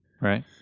Right